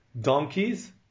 donkeys